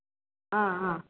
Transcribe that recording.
आं आं